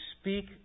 speak